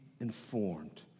informed